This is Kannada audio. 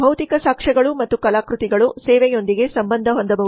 ಭೌತಿಕ ಸಾಕ್ಷ್ಯಗಳು ಮತ್ತು ಕಲಾಕೃತಿಗಳು ಸೇವೆಯೊಂದಿಗೆ ಸಂಬಂಧ ಹೊಂದಬಹುದು